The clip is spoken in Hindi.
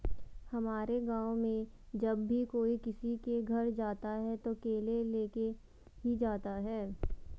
हमारे गाँव में जब भी कोई किसी के घर जाता है तो केले लेके ही जाता है